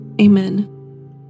Amen